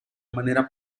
manera